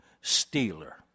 stealer